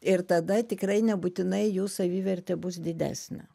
ir tada tikrai nebūtinai jų savivertė bus didesnė